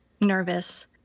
nervous